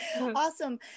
awesome